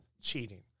cheating